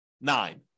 nine